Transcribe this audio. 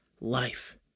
life